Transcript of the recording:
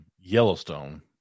Yellowstone